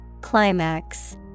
Climax